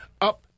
up